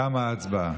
תמה ההצבעה.